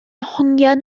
hongian